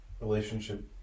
relationship